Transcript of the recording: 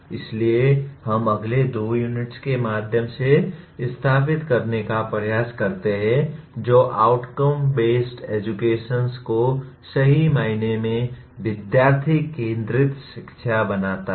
इसलिए हम अगले दो यूनिट्स के माध्यम से स्थापित करने का प्रयास करते हैं जो आउटकम बेस्ड एजुकेशन को सही मायने में विद्यार्थी केंद्रित शिक्षा बनाता है